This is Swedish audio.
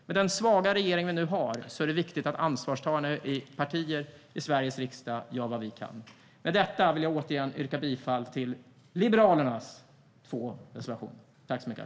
Med den svaga regering vi nu har är det viktigt att vi ansvarstagande partier i Sveriges riksdag gör vad vi kan. Med det yrkar jag återigen bifall våra två reservationer.